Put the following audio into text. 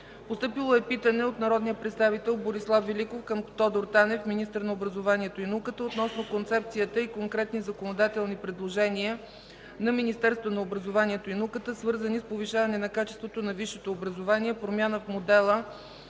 Постъпило е питане от народния представител Борислав Великов към Тодор Танев – министър на образованието и науката, относно концепцията и конкретни законодателни предложения на Министерството на образованието и науката, свързани с повишаване на качеството на висшето образование, промяна в модела